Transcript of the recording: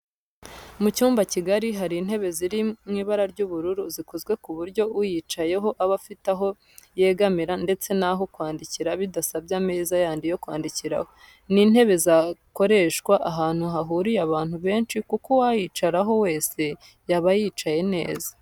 Mu cyumba kigari hari intebe ziri mu ibara ry'ubururu zikozwe ku buryo uyicayeho aba afite aho yegamira ndetse n'aho kwandikira bidasabye ameza yandi yo kwandikiraho. Ni intebe zakoreshwa ahantu hahuriye abantu benshi kuko uwayicaraho wese yaba yicaye neza.